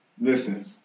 Listen